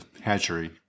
hatchery